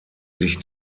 sich